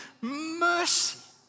mercy